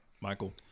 Michael